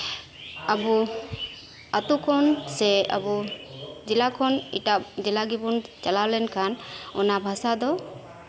ᱟᱵᱚ ᱟᱛᱳ ᱠᱷᱚᱱ ᱥᱮ ᱟᱵᱚ ᱡᱮᱞᱟ ᱠᱷᱚᱱ ᱮᱴᱟᱜ ᱡᱮᱞᱟ ᱜᱮᱵᱚᱱ ᱪᱟᱞᱟᱣ ᱞᱮᱱ ᱠᱷᱟᱱ ᱚᱱᱟ ᱵᱷᱟᱥᱟ ᱫᱚ